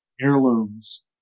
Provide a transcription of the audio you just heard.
heirlooms